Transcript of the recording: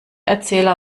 erzähler